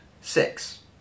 six